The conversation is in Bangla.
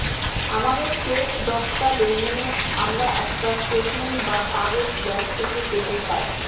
আমাদের শেষ দশটা লেনদেনের আমরা একটা স্টেটমেন্ট বা কাগজ ব্যাঙ্ক থেকে পেতে পাই